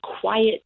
quiet